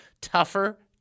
tougher